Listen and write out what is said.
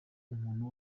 umuntu